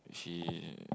she